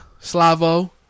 Slavo